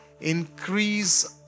increase